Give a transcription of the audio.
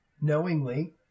knowingly